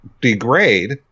degrade